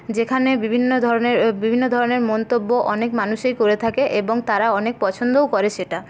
যেখানে বিভিন্ন ধরণের বিভিন্ন ধরণের মন্তব্য অনেক মানুষেই করে থাকে এবং তারা অনেক পছন্দও করে সেটা